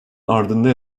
ardından